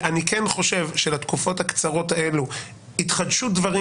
אני כן חושב שלתקופות הקצרות האלה התחדשו דברים